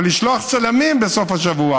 אבל לשלוח צלמים בסוף השבוע